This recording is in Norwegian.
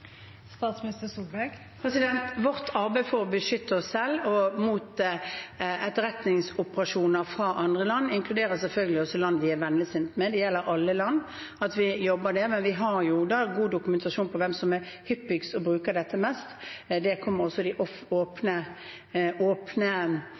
Vårt arbeid for å beskytte oss selv mot etterretningsoperasjoner fra andre land inkluderer selvfølgelig også land som er vennligsinnede – det gjelder alle land – og vi jobber med det. Vi har god dokumentasjon på hvem som bruker dette mest og hyppigst. Det kom også frem i de